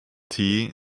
tea